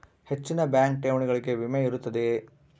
ಹೆಚ್ಚಿನ ಬ್ಯಾಂಕ್ ಠೇವಣಿಗಳಿಗೆ ವಿಮೆ ಇರುತ್ತದೆಯೆ?